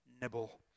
nibble